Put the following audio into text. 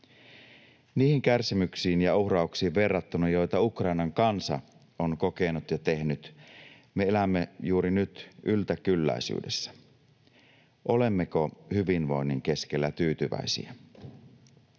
Niihin kärsimyksiin ja uhrauksiin verrattuna, joita Ukrainan kansa on kokenut ja tehnyt, me elämme juuri nyt yltäkylläisyydessä. Olemmeko hyvinvoinnin keskellä tyytyväisiä?